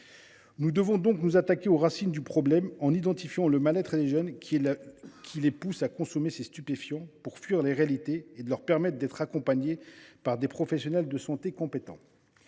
Nous devons donc nous attaquer aux racines du problème en identifiant le mal être des jeunes qui les pousse à consommer ces stupéfiants pour fuir la réalité et en leur permettant d’être accompagnés par des professionnels de santé compétents.